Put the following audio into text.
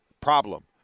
problem